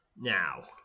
Now